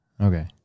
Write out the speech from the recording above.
Okay